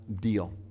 deal